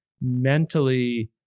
mentally